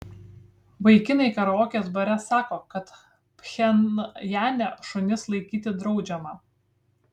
vaikinai karaokės bare sako kad pchenjane šunis laikyti draudžiama